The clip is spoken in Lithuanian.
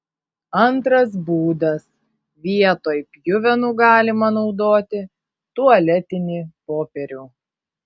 antras būdas vietoj pjuvenų galima naudoti tualetinį popierių